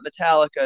Metallica